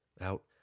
out